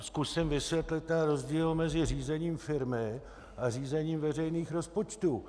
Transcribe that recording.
Zkusím vysvětlit ten rozdíl mezi řízením firmy a řízením veřejných rozpočtů.